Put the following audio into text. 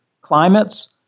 climates